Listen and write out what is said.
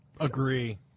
Agree